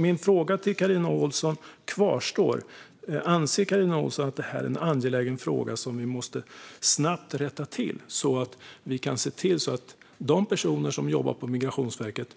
Min fråga till Carina Ohlsson kvarstår: Anser Carina Ohlsson att detta är en angelägen fråga som vi snabbt måste rätta till så att vi kan se till att de personer som jobbar på Migrationsverket